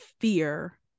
fear